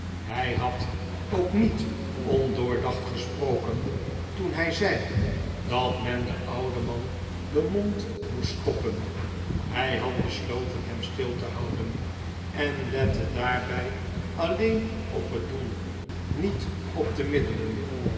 hij had ook niet ondoordacht gesproken toen hij zei dat men den ouden man den mond moest stoppen hij had besloten hem stil te houden en lette daarbij alleen op het doel niet op de middelen